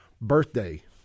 birthday